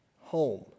home